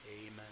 Amen